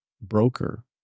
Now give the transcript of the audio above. broker